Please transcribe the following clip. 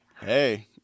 Hey